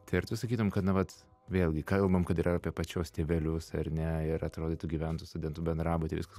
tai ar sakytum kad na vat vėlgi kalbam kad ir apie pačios tėvelius ar ne ir atrodytų gyventų studentų bendrabuty viskas